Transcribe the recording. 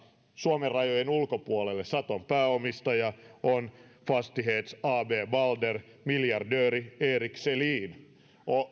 suomen rajojen ulkopuolelle saton pääomistaja on fastighets ab balder miljardööri erik selin